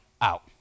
out